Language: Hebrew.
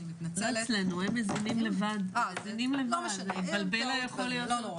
היא חברה גדולה מאוד והיא נכנסת לארץ.